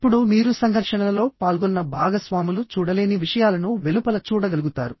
ఇప్పుడు మీరు సంఘర్షణలలో పాల్గొన్న భాగస్వాములు చూడలేని విషయాలను వెలుపల చూడగలుగుతారు